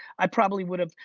i probably would have.